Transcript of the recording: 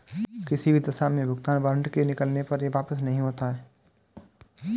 किसी भी दशा में भुगतान वारन्ट के निकलने पर यह वापस नहीं होता है